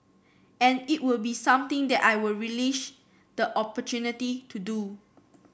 and it would be something that I would relish the opportunity to do